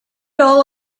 all